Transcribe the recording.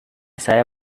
saya